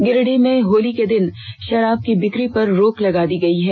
गिरिडीह में होली के दिन शराब की बिकी पर रोक लगो दी गई है